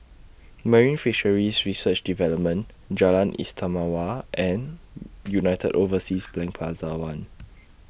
Marine Fisheries Research Development Jalan Istimewa and United Overseas Bank Plaza one